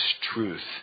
truth